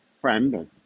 friend